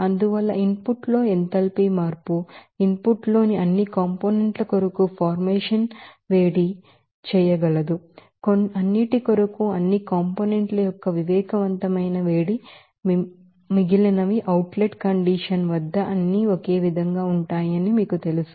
అందువల్ల input లో enthalpy మార్పు ఇన్ పుట్ లోని అన్ని కాంపోనెంట్ ల కొరకు ఫార్మేషన్ ని వేడి చేయగలదు అన్నింటికొరకు అన్ని కాంపోనెంట్ ల యొక్క sensible heat outlet condition వద్ద అవి ఒకేవిధంగా ఉంటాయని మీకు తెలుసు